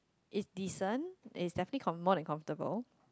it's decent it's definitely com~ more than comfortable